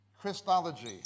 Christology